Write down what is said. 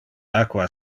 aqua